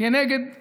כנגד נבות.